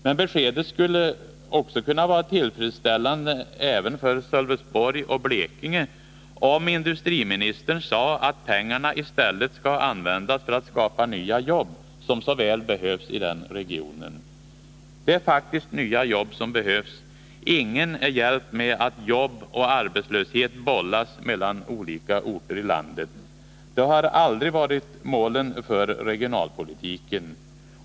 Men beskedet skulle kunna vara tillfredställande även för Sölvesborg och Blekinge, om industriministern sade att pengarna i stället skall användas för att skapa nya jobb, något som så väl behövs i den regionen. Det är faktiskt nya jobb som behövs. Ingen är hjälpt av att jobb och arbetslöshet bollas mellan olika orter i landet. Det har aldrig varit målen för regionalpolitiken.